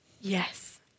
Yes